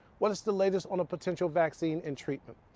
what is the latest on a potential vaccine and treatment?